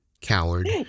Coward